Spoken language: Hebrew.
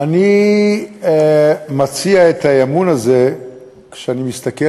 אני מציע את האי-אמון הזה כשאני מסתכל